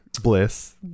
bliss